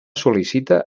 sol·licita